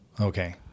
Okay